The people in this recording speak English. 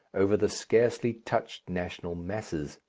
over the scarcely touched national masses.